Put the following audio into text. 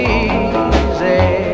easy